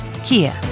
Kia